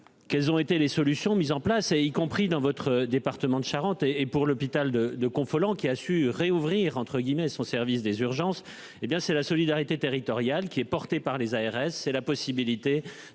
Qu'elles ont été les solutions mises en place et y compris dans votre département de Charente et et pour l'hôpital de de Confolens qui assure réouvrir entre guillemets son service des urgences. Eh bien c'est la solidarité territoriale qui est porté par les ARS. C'est la possibilité